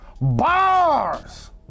bars